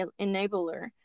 enabler